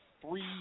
three